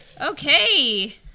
okay